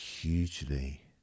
hugely